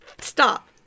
Stop